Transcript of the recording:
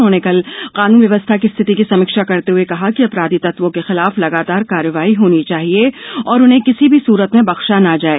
उन्होंने कल कानून व्यवस्था की स्थिति की समीक्षा करते हुए कहा कि अपराधी तत्वों के खिलाफ लगातार कार्यवाही होनी चाहिए और उन्हें किसी भी सुरत में बख्शा न जाये